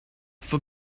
for